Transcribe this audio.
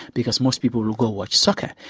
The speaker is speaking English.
because most people will go watch soccer.